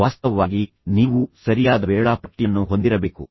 ವಾಸ್ತವವಾಗಿ ನೀವು ಸರಿಯಾದ ವೇಳಾಪಟ್ಟಿಯನ್ನು ಹೊಂದಿರಬೇಕು